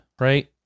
right